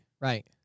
Right